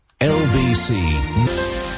LBC